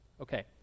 Okay